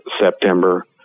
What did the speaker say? September